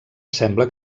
sembla